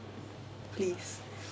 please